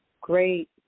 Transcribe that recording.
great